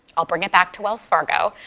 i'll bring it back to wells fargo.